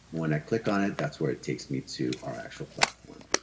when i click on it, that's where it takes me to our actual platform.